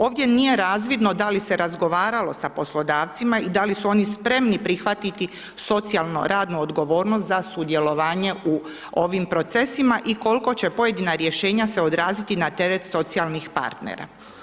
Ovdje nije razvidno da li se razgovaralo sa poslodavcima i da li su oni spremni prihvatiti socijalno radno odgovornost za sudjelovanje u ovim procesima i koliko će pojedina rješenja se odraziti na teret socijalnih partnera.